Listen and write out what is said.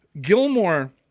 Gilmore